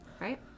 right